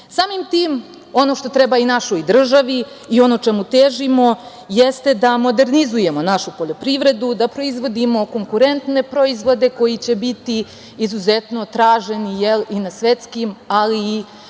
tim ono što treba i našoj državi i ono čemu težimo jeste da modernizujemo našu poljoprivredu, proizvodimo konkurentne proizvode koji će biti izuzetno traženi i na svetskim, ali i